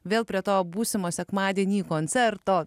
vėl prie to būsimo sekmadienį koncerto